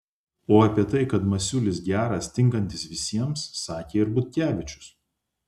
o apie tai kad masiulis geras tinkantis visiems sakė ir butkevičius